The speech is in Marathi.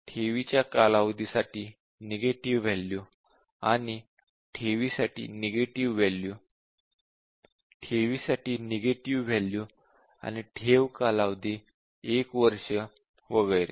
ठेवीच्या कालावधीसाठी नेगेटिव्ह वॅल्यू आणि ठेवीसाठी नेगेटिव्ह वॅल्यू ठेवीसाठी नेगेटिव्ह वॅल्यू आणि ठेव कालावधी 1 वर्ष वगैरे